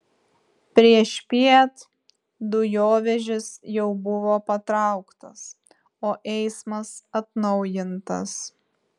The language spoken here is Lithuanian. priešpiet dujovežis jau buvo patrauktas o eismas atnaujintas